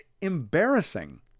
embarrassing